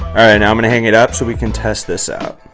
and i'm going to hang it up so we can test this out.